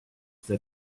that